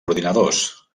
ordinadors